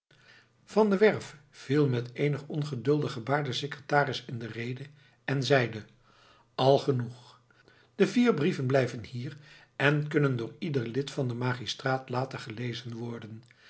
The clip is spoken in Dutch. van der werff viel met eenig ongeduldig gebaar den secretaris in de rede en zeide al genoeg de vier brieven blijven hier en kunnen door ieder lid van den magistraat later gelezen worden